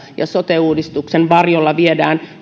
ja sote uudistuksen varjolla viedään